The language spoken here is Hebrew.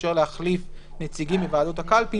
שמאפשר להחליף נציגים מוועדות הקלפי,